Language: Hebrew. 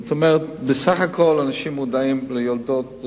זאת אומרת, בסך הכול אנשים מודעים ליולדות,